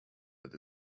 but